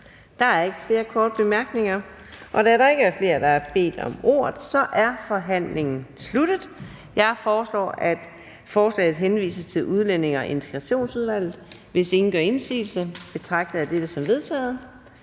Der er ikke flere korte bemærkninger. Da der ikke er flere, sder har bedt om ordet, er forhandlingen sluttet. Jeg foreslår, at forslaget henvises til Udlændinge- og Integrationsudvalget. Hvis ingen gør indsigelse, betragter jeg dette som vedtaget.